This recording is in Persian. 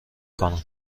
کنم